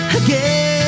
again